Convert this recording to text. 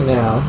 now